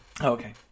Okay